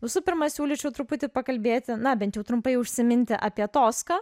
visų pirma siūlyčiau truputį pakalbėti na bent jau trumpai užsiminti apie toską